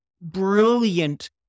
brilliant